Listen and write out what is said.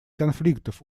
конфликтов